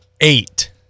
eight